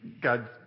God